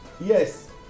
Yes